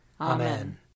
Amen